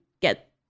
get